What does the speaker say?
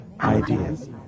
ideas